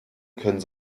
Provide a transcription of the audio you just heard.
können